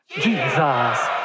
Jesus